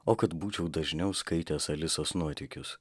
o kad būčiau dažniau skaitęs alisos nuotykius